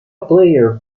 player